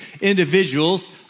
individuals